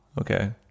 Okay